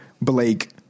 Blake